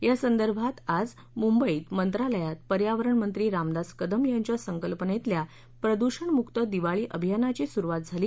यासंदर्भात आज मुंबई िव्व मंत्रालयात पर्यावरणमंत्री रामदास कदम यांच्या संकल्पनेतल्या प्रदूषण मुक्त दिवाळी अभियानाची सुरुवात झाली